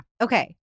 Okay